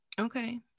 Okay